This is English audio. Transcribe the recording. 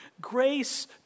Grace